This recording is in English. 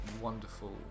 wonderful